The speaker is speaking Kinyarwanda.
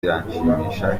biranshimisha